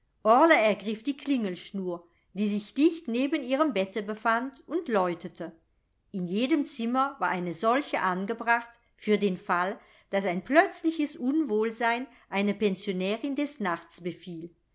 ergriff die klingelschnur die sich dicht neben ihrem bette befand und läutete in jedem zimmer war eine solche angebracht für den fall daß ein plötzliches unwohlsein eine pensionärin des nachts befiel